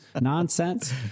nonsense